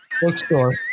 bookstore